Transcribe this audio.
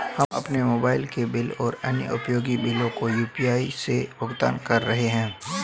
हम अपने मोबाइल के बिल और अन्य उपयोगी बिलों को यू.पी.आई से भुगतान कर रहे हैं